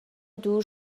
دور